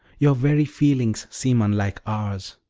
your very feelings seem unlike ours.